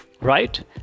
right